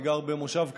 אני גר במושב קטן,